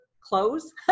clothes